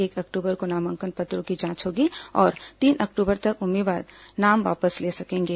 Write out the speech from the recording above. एक अक्टूबर को नामांकन पत्रों की जांच होगी और तीन अक्टूबर तक उम्मीदवार नाम वापस ले सकेंगे